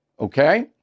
okay